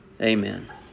Amen